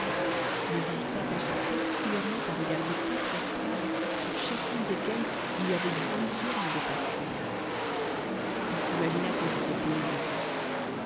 mais il s'attacha particulièrement à regarder quatre estrades sur chacune desquelles il y avait dix urnes de porphyre h s'imagina qu'ehes étaient pleines de vin